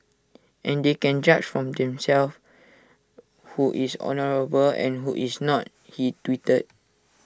and they can judge from themselves who is honourable and who is not he tweeted